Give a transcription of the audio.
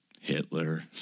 Hitler